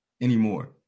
anymore